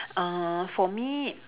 uh for me